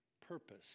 purpose